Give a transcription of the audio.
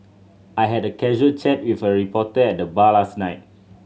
I had a casual chat with a reporter at the bar last night